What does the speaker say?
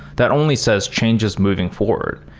that only says changes moving forward.